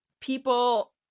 people